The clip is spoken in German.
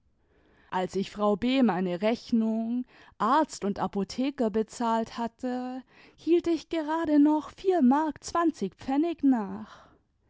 als ich frau b meine rechnung arzt und apotheker bezahlt hatte hielt ich gerade noch vier mark zwanzig pfennig nach